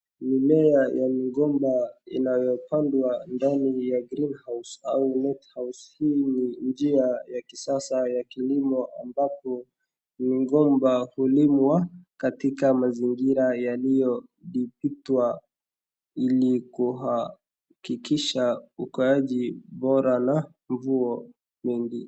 Mimea ya migomba inayopandwa ndani ya green house au net house .Hii ni njia ya kisasa ya kilimo ambapo migomba hulimwa katika mazingira yaliyodiputwa ili kuhakikisha ukaaji bora na mvua mingi.